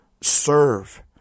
serve